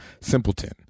Simpleton